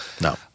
no